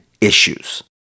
issues